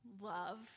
Love